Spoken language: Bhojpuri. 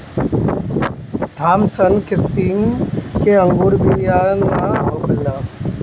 थामसन किसिम के अंगूर मे बिया ना होखेला